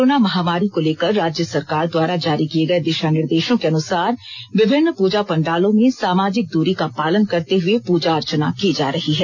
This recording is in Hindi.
कोरोना महामारी को लेकर राज्य सरकार द्वारा जारी किए गए दिशा निर्देशों के अनुसार विभिन्न पूजा पंडालों में सामाजिक दूरी का पालन करते हुए पूजा अर्चना की जा रही है